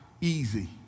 easy